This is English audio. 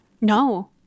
No